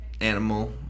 animal